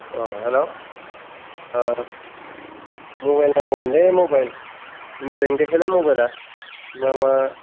अ hello ओ mobile नांगौमोनलै mobile मोजां देखायलाय मबाइला मा मा